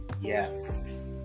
Yes